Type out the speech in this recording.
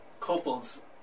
couples